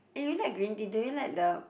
eh really like green tea do you like the